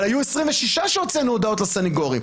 אבל היו 26 תיקים שבהם הוצאנו הודעות לסנגורים.